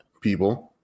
People